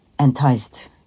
enticed